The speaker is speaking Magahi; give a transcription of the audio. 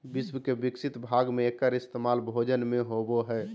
विश्व के विकसित भाग में एकर इस्तेमाल भोजन में होबो हइ